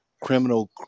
criminal